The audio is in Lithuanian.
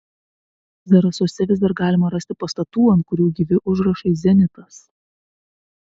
zarasuose vis dar galima rasti pastatų ant kurių gyvi užrašai zenitas